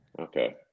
okay